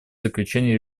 заключение